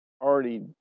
already